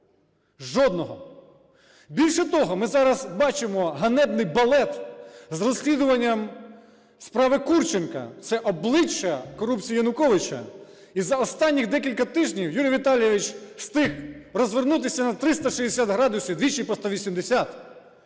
Жодного. Більше того, ми зараз бачимо ганебний балет з розслідуванням справи Курченка – це обличчя корупції Януковича. І за останніх декілька тижнів Юрій Віталійович встиг розвернутися на 360 градусів, двічі по 180.